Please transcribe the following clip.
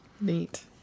Neat